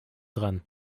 dran